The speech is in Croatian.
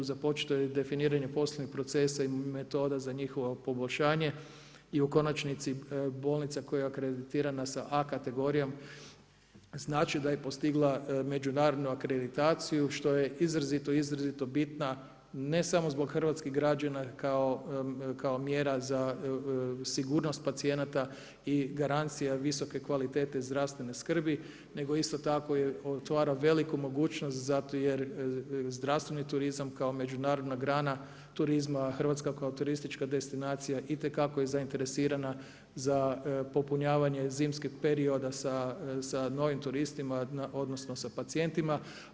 Započeto je definiranje poslovnih procesa i metoda za njihovo poboljšanje i u konačnici bolnica koja je akreditirana sa A kategorijom znači da je postigla međunarodnu akreditaciju što je izrazito, izrazito bitna ne samo zbog hrvatskih građana kao mjera za sigurnost pacijenata i garancija visoke kvalitete zdravstvene skrbi, nego isto tako otvara veliku mogućnost zato jer zdravstveni turizam kao međunarodna grana turizma, Hrvatska kao turistička destinacija itekako je zainteresirana za popunjavanje zimskog perioda sa novim turistima, odnosno sa pacijentima.